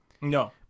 No